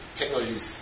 technologies